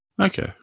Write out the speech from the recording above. Okay